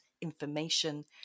information